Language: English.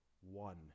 one